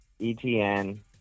ETN